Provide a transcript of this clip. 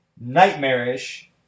nightmarish